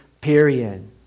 period